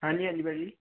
ਹਾਂਜੀ ਹਾਂਜੀ ਭਾਅ ਜੀ